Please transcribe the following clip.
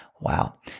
Wow